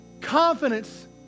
confidence